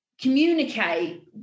communicate